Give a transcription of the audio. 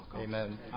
Amen